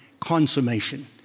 consummation